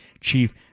chief